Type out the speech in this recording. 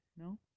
No